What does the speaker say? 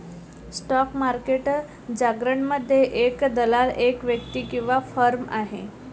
stock market जारगनमध्ये, एक दलाल एक व्यक्ती किंवा फर्म आहे